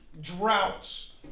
droughts